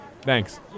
Thanks